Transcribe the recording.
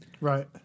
Right